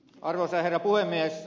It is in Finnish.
arvoisa herra puhemies